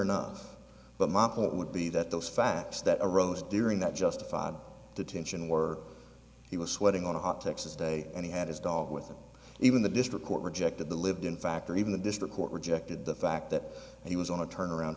enough but my point would be that those facts that arose during that justified detention were he was sweating on a hot texas day and he had his dog with him even the district court rejected the lived in factor even the district court rejected the fact that he was on a turnaround